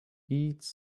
eats